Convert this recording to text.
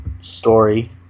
story